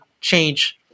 change